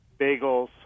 bagels